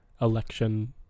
election